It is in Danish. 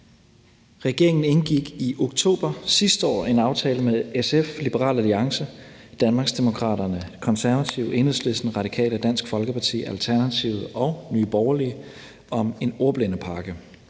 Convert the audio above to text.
Regeringen indgik i oktober sidste år en aftale med SF, Liberal Alliance, Danmarksdemokraterne, Konservative, Enhedslisten, Radikale Venstre, Dansk Folkeparti, Alternativet og Nye Borgerlige om en ordblindepakke.